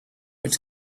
its